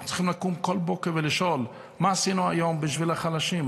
אנחנו צריכים לקום כל בוקר ולשאול: מה עשינו היום בשביל החלשים?